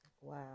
Wow